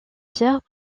pierre